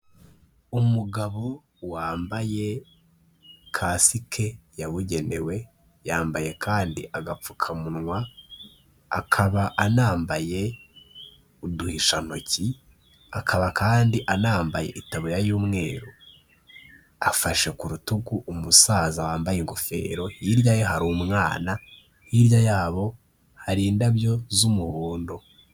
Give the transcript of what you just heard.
Umugabo wambaye kasike yabugenewe, yambaye kandi agapfukamunwa akaba anambaye uduhishantoki, akaba kandi anambaye itaburiya y'umweru, afashe ku rutugu umusaza wambaye ingofero, hirya ye hari umwana, hirya yabo hari indabyo z'umuhondo.